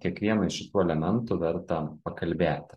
kiekvieną iš šitų elementų verta pakalbėti